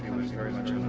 was very much